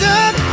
up